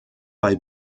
bei